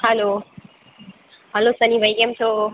hello hello Sunny ભાઈ કેમ છો